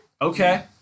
Okay